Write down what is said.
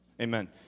Amen